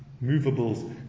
movables